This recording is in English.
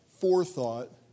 forethought